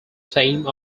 fame